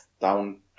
down